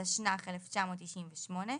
התשנ"ח 1998‏,